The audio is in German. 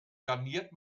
garniert